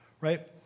right